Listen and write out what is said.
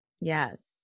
Yes